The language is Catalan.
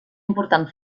important